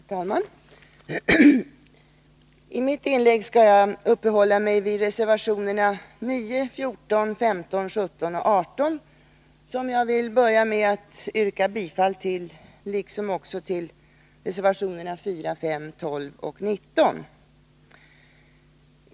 Herr talman! I mitt inlägg skall jag uppehålla mig vid reservationerna 9, 14, 15, 17 och 18, som jag härmed yrkar bifall till. Bifall yrkar jag också till reservationerna 4, 5, 12 och 19.